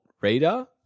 radar